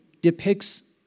depicts